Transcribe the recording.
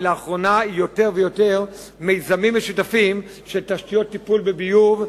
ולאחרונה יותר ויותר מיזמים משותפים של תשתיות טיפול בביוב,